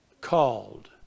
called